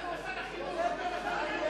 למה שר החינוך?